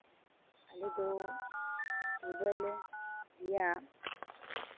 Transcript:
ᱟᱞᱮ ᱫᱚ ᱰᱤᱵᱟᱹᱞᱮ ᱫᱤᱭᱟ